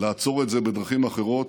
לעצור את זה בדרכים אחרות.